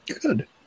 Good